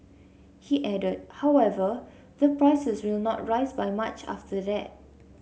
he added however that prices will not rise by much after that